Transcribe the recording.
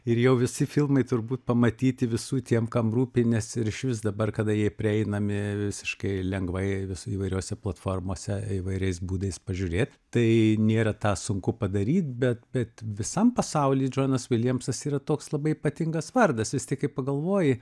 ir jau visi filmai turbūt pamatyti visų tiem kam rūpi nes ir išvis dabar kada jie prieinami visiškai lengvai vis įvairiose platformose įvairiais būdais pažiūrėt tai nėra tą sunku padaryt bet bet visam pasauly džonas viljamsas yra toks labai ypatingas vardas vis tik kai pagalvoji